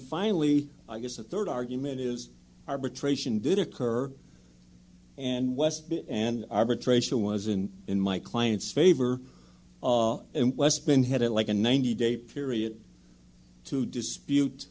finally i guess the third argument is arbitration did occur and west an arbitration was in in my client's favor and less been had it like a ninety day period to dispute